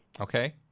okay